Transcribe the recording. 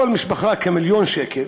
כל משפחה בכמיליון שקל,